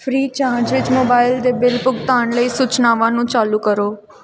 free charge ਵਿੱਚ mobile ਦੇ bill ਭੁਗਤਾਨ ਲਈ ਸੂਚਨਾਵਾਂ ਨੂੰ ਚਾਲੂ ਕਰੋ